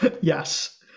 Yes